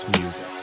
music